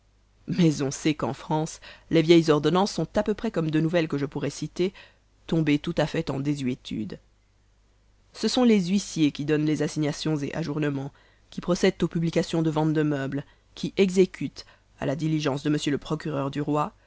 mais on sait qu'en france les vieilles ordonnances sont à-peu-près comme de nouvelles que je pourrais citer tombées tout-à-fait en désuétude ce sont les huissiers qui donnent les assignations et ajournemens qui procèdent aux publications de ventes de meubles qui exécutent à la diligence de m le procureur du roi